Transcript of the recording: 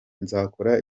nzakora